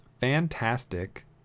fantastic